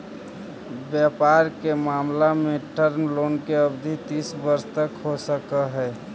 व्यापार के मामला में टर्म लोन के अवधि तीस वर्ष तक हो सकऽ हई